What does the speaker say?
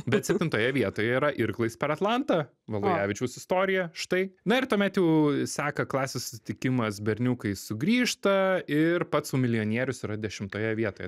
bet septintoje vietoje yra irklais per atlantą valujavičiaus istorija štai na ir tuomet jau seka klasės susitikimas berniukai sugrįžta ir pats sau milijonierius yra dešimtoje vietoje